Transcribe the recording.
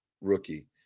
rookie